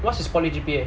what's his poly G_P_A